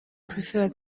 prefer